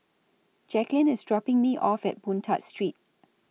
Jacqueline IS dropping Me off At Boon Tat Street